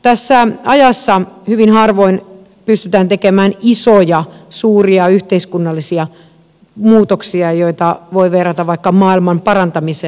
tässä ajassa hyvin harvoin pystytään tekemään isoja suuria yhteiskunnallisia muutoksia joita voi verrata vaikka maailmanparantamiseen